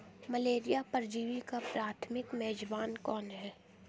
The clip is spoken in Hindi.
मलेरिया परजीवी का प्राथमिक मेजबान कौन है?